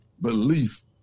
belief